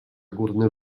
górny